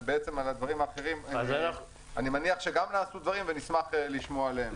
ואני מניח שעל הדברים האחרים גם נעשו דברים ונשמח לשמוע עליהם.